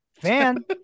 fan